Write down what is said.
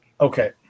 Okay